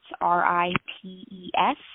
R-I-P-E-S